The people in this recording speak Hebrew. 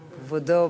העבודה,